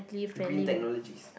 green technologies